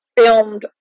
filmed